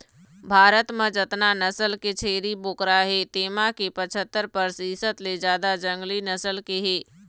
भारत म जतना नसल के छेरी बोकरा हे तेमा के पछत्तर परतिसत ले जादा जंगली नसल के हे